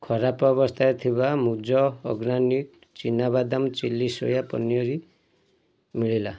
ଖରାପ ଅବସ୍ଥାରେ ଥିବା ମୂଜ୍ ଅର୍ଗାନିକ୍ ଚିନା ବାଦାମ ଚିଲ୍ଲି ସୋୟା ପନିର୍ ମିଳିଲା